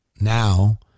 now